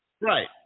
Right